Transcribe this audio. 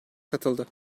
katıldı